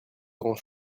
grand